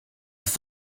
ist